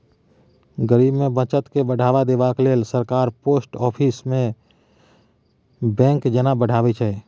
गरीब मे बचत केँ बढ़ावा देबाक लेल सरकार पोस्ट आफिस केँ बैंक जेना बढ़ाबै छै